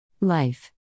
Life